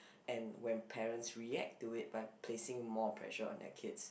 and when parents react to it by placing more pressure on their kids